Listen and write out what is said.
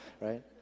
right